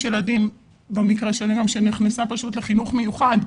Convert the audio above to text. יש ילדים, במקרה שלי, שנכנסים לחינוך מיוחד.